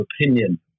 opinion